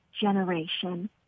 generation